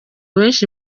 benshi